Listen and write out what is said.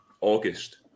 August